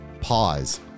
pause